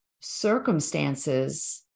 circumstances